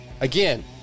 Again